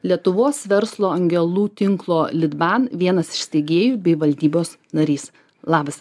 lietuvos verslo angelų tinklo lidban vienas iš steigėjų bei valdybos narys labas